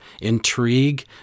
intrigue